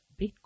Bitcoin